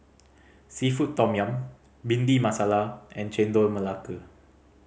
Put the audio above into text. seafood tom yum Bhindi Masala and Chendol Melaka